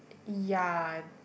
ya